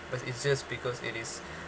but it's just because it is